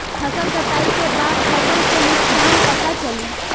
फसल कटाई के बाद फसल के नुकसान पता चली